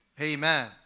Amen